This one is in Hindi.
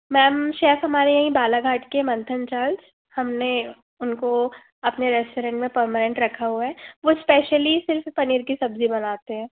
मेम शेफ हमारे यहीं बालाघाट के मंथन चाल हमने उनको अपने रेस्टोरेंट में परमानेंट रखा हुआ है वो स्पेशली सिर्फ पनीर की सब्जी बनाते हैं